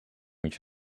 each